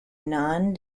non